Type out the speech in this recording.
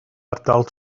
ardal